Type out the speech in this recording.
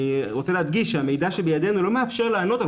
אני רוצה להדגיש שהמידע שבידינו לא מאפשר לענות על